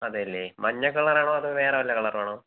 അതെ അല്ലേ മഞ്ഞ കളർ ആണോ അതോ വേറെ വല്ല കളറും ആണോ